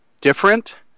different